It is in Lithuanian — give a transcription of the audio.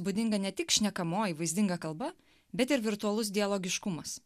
būdinga ne tik šnekamoji vaizdinga kalba bet ir virtualus dialogiškumas